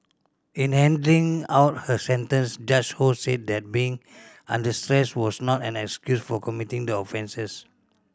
in handing out her sentence Judge Ho said that being under stress was not an excuse for committing the offences